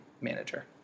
manager